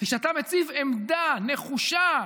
כשאתה מציב עמדה נחושה,